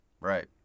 right